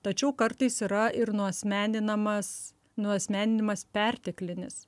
tačiau kartais yra ir nuasmeninamas nuasmeninimas perteklinis